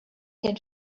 can